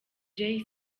jay